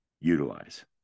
utilize